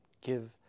give